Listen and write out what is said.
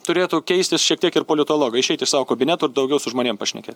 turėtų keistis šiek tiek ir politologai išeit iš savo kabinetų ir daugiau su žmonėm pašnekėt